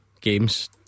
games